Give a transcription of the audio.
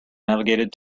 navigated